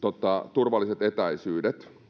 turvalliset etäisyydet